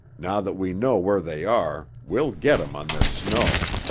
now that we know where they are, we'll get em on this snow.